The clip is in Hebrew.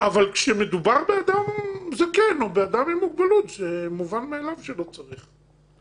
אבל כשמדובר באדם זקן או באדם עם מוגבלות זה מובן מאליו שלא צריך,